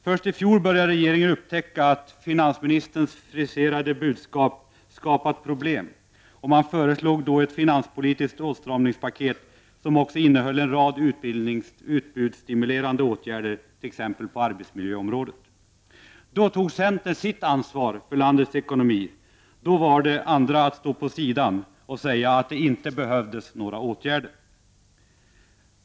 Först i fjol började regeringen upptäcka att finansministerns friserade budskap skapat problem, och den föreslog då ett finanspolitiskt åtstramningspaket som också innehöll en rad utbudsstimulerande åtgärder, t.ex. på arbetsmiljöområdet. Då tog centern sitt ansvar för landets ekonomi. Då valde andra partier att stå vid sidan om och säga att det inte behövdes några åtgärder.